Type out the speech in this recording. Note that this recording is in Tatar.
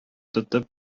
тотып